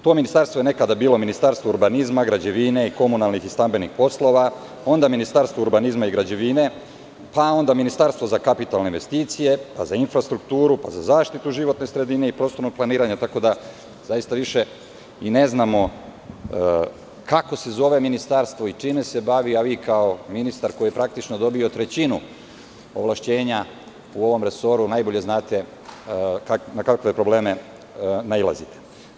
To ministarstvo je nekada bilo Ministarstvo urbanizma, građevine i komunalnih i stambenih poslova, onda Ministarstvo urbanizma i građevine, pa onda Ministarstvo za kapitalne investicije, pa za infrastrukturu, pa za zaštitu životne sredine i prostorno planiranje, tako da zaista više i ne znamo kako se zove ministarstvo i čime se bavi, a vi, kao ministar koji je praktično dobio trećinu ovlašćenja u ovom resoru, najbolje znate na kakve probleme nailazite.